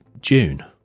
June